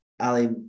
Ali